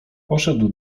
podszedł